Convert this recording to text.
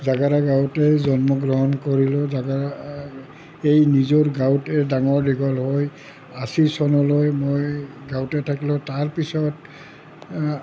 জেগেৰা গাঁৱতেই জন্ম গ্ৰহণ কৰিলোঁ জেগেৰা এই নিজৰ গাঁৱতে ডাঙৰ দীঘল হৈ আছী চনলৈ মই গাঁৱতে থাকিলোঁ তাৰ পিছত